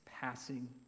passing